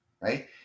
Right